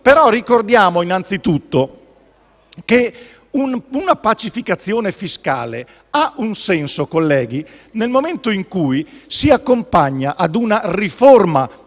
però ricordiamo, innanzitutto, che una pacificazione fiscale ha un senso nel momento in cui si accompagna a una riforma